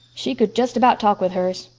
she could just about talk with hers.